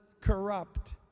corrupt